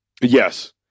Yes